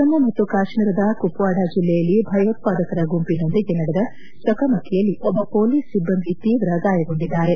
ಜಮ್ಮು ಮತ್ತು ಕಾಶ್ಮೀರದ ಕುಪ್ವಡಾ ಜಿಲ್ಲೆಯಲ್ಲಿ ಭಯೋತ್ಪಾದಕರ ಗುಂಪಿನೊಂದಿಗೆ ನಡೆದ ಚಕಮಕಿಯಲ್ಲಿ ಒಬ್ಬ ಮೊಲೀಸ್ ಸಿಬ್ಲಂದಿ ತೀವ್ರ ಗಾಯಗೊಂಡಿದ್ದಾರೆ